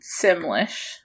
Simlish